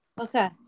Okay